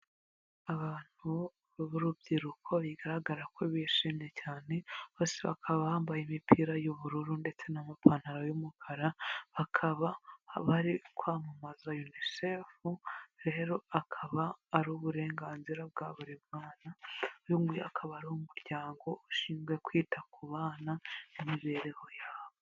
Abantu b'urubyiruko bigaragara ko bishimye cyane, bose bakaba bambaye imipira y'ubururu ndetse n'amapantaro y'umukara, bakaba bari kwamamaza unisefu, rero akaba ari uburenganzira bwa buri mwana, uyu nguyu akaba ari umuryango ushinzwe kwita ku bana n'imibereho yabo.